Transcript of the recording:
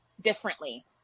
differently